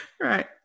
right